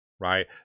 right